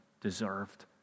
deserved